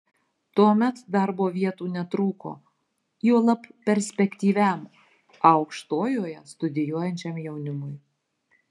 tuomet darbo vietų netrūko juolab perspektyviam aukštojoje studijuojančiam jaunimui